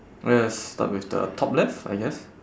let's start with the top left I guess